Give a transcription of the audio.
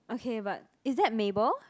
okay but is that Mable